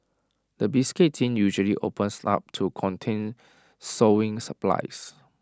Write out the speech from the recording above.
the biscuit tin usually opens up to contain sewing supplies